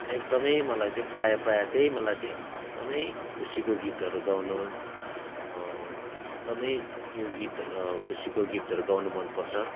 एकदमै मलाई चाहिँ प्राय प्राय चाहिँ मलाई चाहिँ एकदमै खुसीको गीतहरू गाउन एकदमै त्यो गीत खुसीको गीतहरू गाउन मनपर्छ